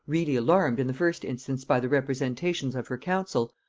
really alarmed in the first instance by the representations of her council,